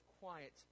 quiet